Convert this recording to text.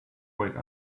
wake